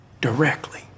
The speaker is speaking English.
directly